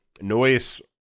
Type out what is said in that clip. Noise